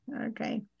Okay